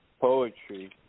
poetry